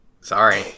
Sorry